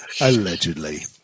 Allegedly